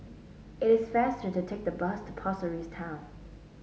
it is faster to take the bus to Pasir Ris Town